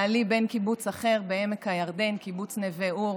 בעלי בן קיבוץ אחר בעמק הירדן, קיבוץ נווה אור.